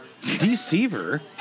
Deceiver